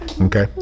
okay